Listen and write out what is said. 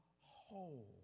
whole